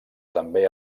també